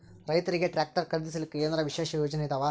ರೈತರಿಗೆ ಟ್ರಾಕ್ಟರ್ ಖರೀದಿಸಲಿಕ್ಕ ಏನರ ವಿಶೇಷ ಯೋಜನೆ ಇದಾವ?